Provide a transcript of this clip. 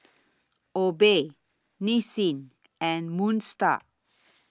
Obey Nissin and Moon STAR